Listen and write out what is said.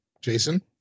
Jason